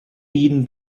been